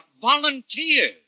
volunteers